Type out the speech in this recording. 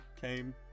came